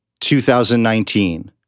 2019